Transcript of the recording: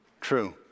True